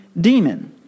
demon